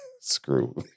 screw